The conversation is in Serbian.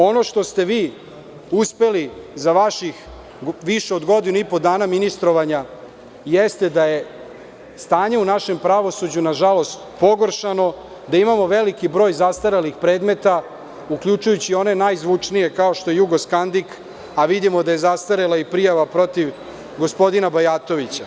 Ono što ste vi uspeli za vaših više od godinu i po dana ministrovanja jeste da je stanje u našem pravosuđu nažalost pogoršano, da imamo veliki broj zastarelih predmeta, uključujući i one najzvučnije kao što je „Jugoskandik“, a vidimo da je zastarela i prijava protiv gospodina Bajatovića.